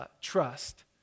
trust